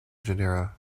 genera